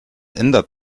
ändert